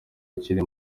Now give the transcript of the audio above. akiri